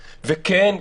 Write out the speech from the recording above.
וכן,